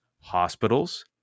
hospitals